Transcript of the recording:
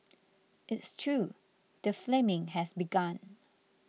it's true the flaming has begun